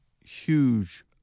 huge